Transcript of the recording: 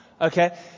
Okay